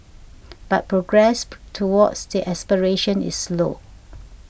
but progress towards that aspiration is slow